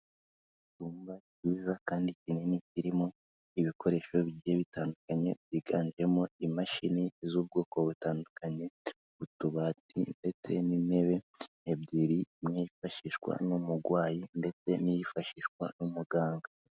Ibyumba byiza kandi binini birimo ibikoresho bigiye bitandukanye byiganjemo imashini z'ubwoko butandukanye, utubati ndetse n'intebe ebyiri, imwe yifashishwa n'umurwayi ndetse n'iyifashishwa n'umuganga.